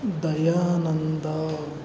Dayananda